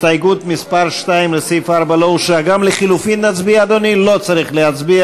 ג'מאל זחאלקה, אחמד טיבי, עאידה תומא